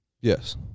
Yes